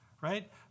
Right